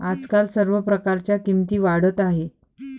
आजकाल सर्व प्रकारच्या किमती वाढत आहेत